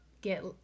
get